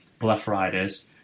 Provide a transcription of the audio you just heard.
blepharitis